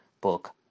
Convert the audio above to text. book